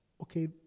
okay